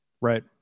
Right